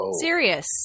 serious